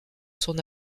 son